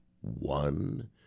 one